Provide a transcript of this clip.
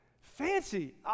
Fancy